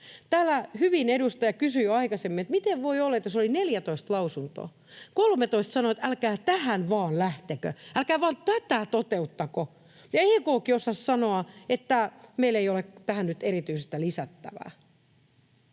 Täällä hyvin edustaja kysyi jo aikaisemmin, että miten voi olla, että kun oli 14 lausuntoa ja 13 niistä sanoi, että ”älkää tähän vaan lähtekö, älkää vaan tätä toteuttako”, ja kun EK:kin osasi sanoa, että meillä ei ole tähän nyt erityistä lisättävää,